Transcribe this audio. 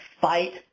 fight